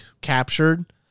captured